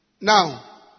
Now